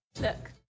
Look